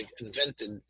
invented